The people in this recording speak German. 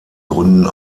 gründen